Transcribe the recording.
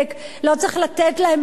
לא צריך לתת להם פרס,